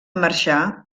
marxar